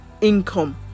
income